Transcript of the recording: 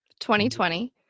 2020